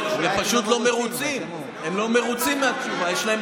הם פשוט לא מרוצים, הם לא מרוצים מהתשובה.